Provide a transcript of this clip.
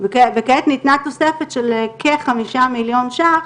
של כחמישה מיליון ₪,